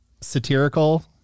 satirical